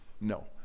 No